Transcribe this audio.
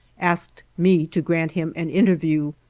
asked me to grant him an interview,